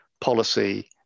policy